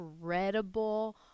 incredible